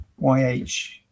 YH